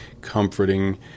comforting